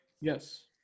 Yes